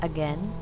Again